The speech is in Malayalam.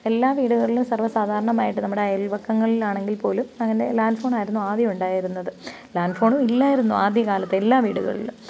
എല്ലാ വീടുകളിലും സർവ്വേ സാധാരണമായിട്ട് നമ്മുടെ അയൽവക്കങ്ങളിൽ ആണെങ്കിൽ പോലും അങ്ങനെ ലാൻഡ് ഫോണായിരുന്നു ആദ്യം ഉണ്ടായിരുന്നത് ലാൻഡ് ഫോണും ഇല്ലായിരുന്നു ആദ്യക്കാലത്ത് എല്ലാ വീടുകളിലും